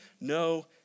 no